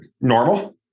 normal